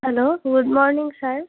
hello good morning sir